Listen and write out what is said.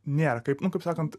nėra kaip nu kaip sakant